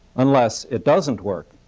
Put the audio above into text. unless it doesn't work.